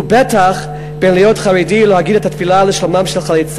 ובטח בין להיות חרדי ללהגיד את התפילה לשלומם של חיילי צה"ל,